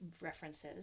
references